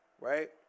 Right